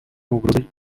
угрозой